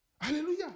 Hallelujah